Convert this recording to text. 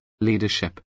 leadership